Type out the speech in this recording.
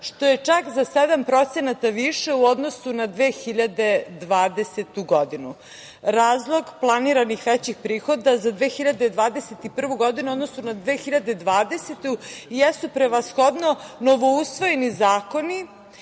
što je čak za 7% više u odnosu na 2020. godinu. Razlog planiranih većih prihoda za 2021. godinu u odnosu na 2020. godinu jesu prevashodno novo usvojeni zakoni,